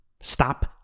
Stop